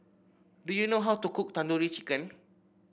do you know how to cook Tandoori Chicken